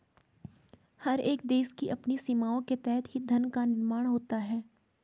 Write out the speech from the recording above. हर एक देश की अपनी सीमाओं के तहत ही धन का निर्माण होता है